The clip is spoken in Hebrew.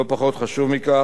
לא פחות חשוב מכך,